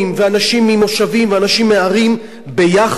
ואנשים ממושבים ואנשים מערים ביחד,